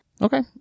Okay